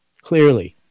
clearly